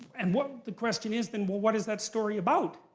and what the question is then, well what is that story about?